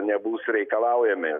nebus reikalaujami